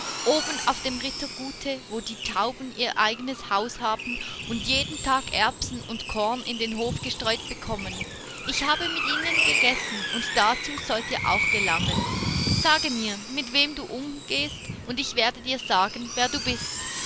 oben auf dem rittergute wo die tauben ihr eigenes haus haben und jeden tag erbsen und korn in den hof gestreut bekommen ich habe mit ihnen gegessen und dazu sollt ihr auch gelangen sage mir mit wem du umgehst und ich werde dir sagen wer du bist